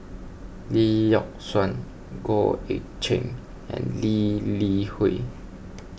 Lee Yock Suan Goh Eck Kheng and Lee Li Hui